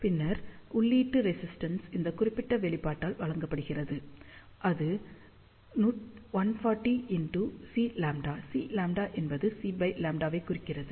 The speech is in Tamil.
பின்னர் உள்ளீடு ரெசிஸ்டென்ஸ் இந்த குறிப்பிட்ட வெளிப்பாட்டால் வழங்கப்படுகிறது இது 140Cλ Cλ என்பது இங்கே Cλ ஐ குறிக்கிறது